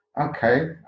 okay